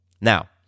Now